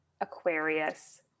Aquarius